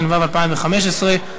התשע"ו 2015,